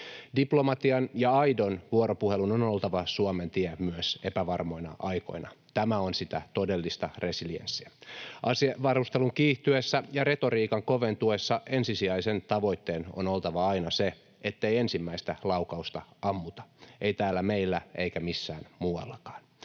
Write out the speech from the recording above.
Diplomatian ja aidon vuoropuhelun on oltava Suomen tie myös epävarmoina aikoina, tämä on sitä todellista resilienssiä. Asevarustelun kiihtyessä ja retoriikan koventuessa ensisijaisen tavoitteen on oltava aina se, ettei ensimmäistä laukausta ammuta, ei täällä meillä, eikä missään muuallakaan.